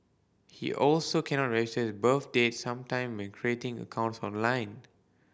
he also cannot register birth date sometime when creating accounts online